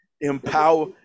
Empower